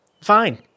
fine